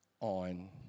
on